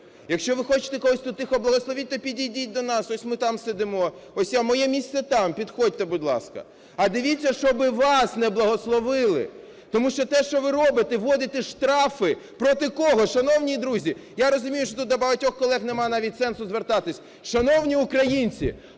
Якщо ви хочете когось тут "тихо благословити", то підійдіть до нас, ось ми там сидимо. А моє місце там, підходьте, будь ласка. А дивіться, щоби вас не благословили, тому що те, що ви робите – вводите штрафи, проти кого, шановні друзі? Я розумію, що тут до багатьох колег нема навіть сенсу звертатися. Шановні українці!